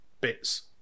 bits